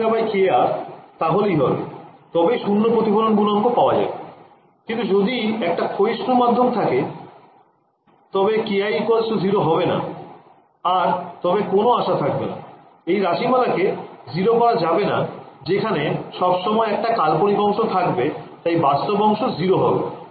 তবেই শূন্য প্রতিফলন গুনাঙ্ক পাওয়া যাবে কিন্তু যদি একটা ক্ষয়িষ্ণু মাধ্যম থাকে তবে ki0 হবে না আর তবে কোন আশা থাকবে না